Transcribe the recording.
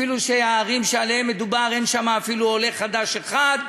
אפילו שהערים שעליהן מדובר אין בהן אפילו עולה חדש אחד,